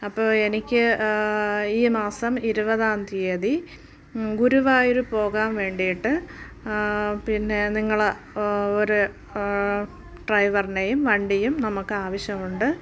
അപ്പോൾ എനിക്ക് ഈ മാസം ഇരുപതാം തീയതി ഗുരുവായൂർ പോകാൻ വേണ്ടിയിട്ട് പിന്നെ നിങ്ങൾ ഒരു ഡ്രൈവറിനെയും വണ്ടിയും നമുക്കാവശ്യമുണ്ട്